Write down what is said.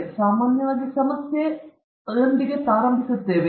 ನಾವು ಸಾಮಾನ್ಯವಾಗಿ ಸಮಸ್ಯೆ ಅಥವಾ ಸಮಸ್ಯೆಯೊಂದನ್ನು ಪ್ರಾರಂಭಿಸುತ್ತೇವೆ